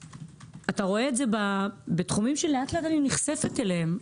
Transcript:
ואתה רואה את זה בתחומים שלאט לאט אני נחשפת אליהם.